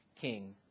king